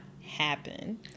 happen